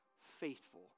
faithful